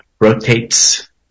rotates